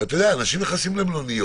אתה יודע, אנשים נכנסים למלוניות,